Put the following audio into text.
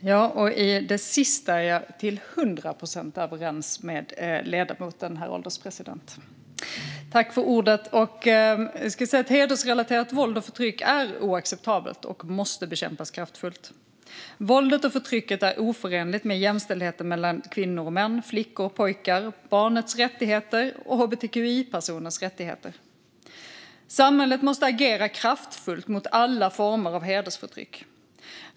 Herr ålderspresident! När det gäller det sista är jag till hundra procent överens med ledamoten. Hedersrelaterat våld och förtryck är oacceptabelt och måste bekämpas kraftfullt. Våldet och förtrycket är oförenligt med jämställdhet mellan kvinnor och män och flickor och pojkar, liksom med barnets rättigheter och hbtqi-personers rättigheter. Samhället måste agera kraftfullt mot alla former av hedersförtryck.